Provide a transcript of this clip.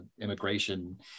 immigration